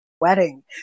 Wedding